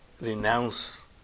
renounce